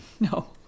No